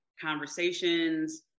conversations